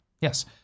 Yes